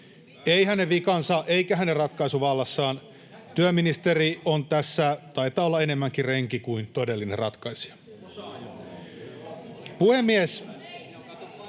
ole hänen vikansa eikä hänen ratkaisuvallassaan. Työministeri taitaa olla tässä enemmänkin renki kuin todellinen ratkaisija.